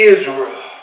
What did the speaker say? Israel